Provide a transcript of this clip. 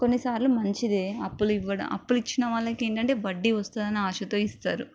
కొన్ని సార్లు మంచిదే అప్పులు ఇవ్వడం అప్పులు ఇచ్చిన వాళ్ళకి ఏంటంటే వడ్డీ వస్తుందని ఆశతో ఇస్తారు